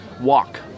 Walk